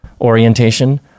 orientation